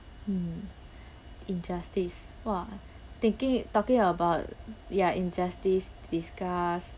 mm injustice !wah! thinking talking about ya injustice disgust